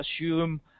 assume